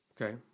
Okay